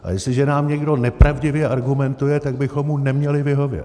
A jestliže nám někdo nepravdivě argumentuje, tak bychom mu neměli vyhovět.